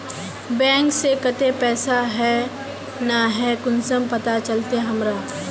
Bank में केते पैसा है ना है कुंसम पता चलते हमरा?